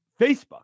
Facebook